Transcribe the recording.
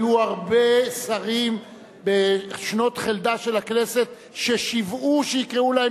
היו הרבה שרים בשנות חלדה של הכנסת ששיוועו שיקראו להם